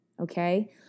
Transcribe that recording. okay